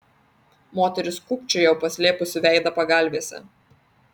moteris kūkčiojo paslėpusi veidą pagalvėse